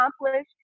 accomplished